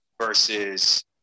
versus